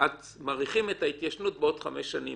ומאריכים את ההתיישנות בעוד חמש שנים,